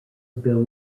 bill